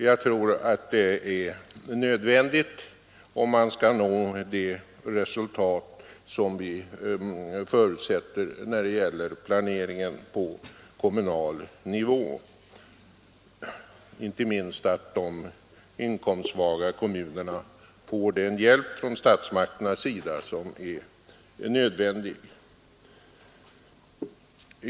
Jag tror att detta är nödvändigt, om man skall nå de resultat som vi förutsätter när det gäller planeringen på kommunal nivå. Inte minst angeläget är att de inkomstsvaga kommunerna får den hjälp från statsmakternas sida som erfordras.